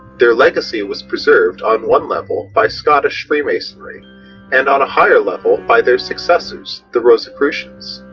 their legacy was preserved on one level by scottish freemasonry and on a higher level by their successors, the rosicrucians.